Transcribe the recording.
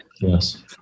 yes